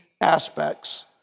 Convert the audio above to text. aspects